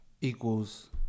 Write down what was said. equals